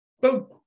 Boom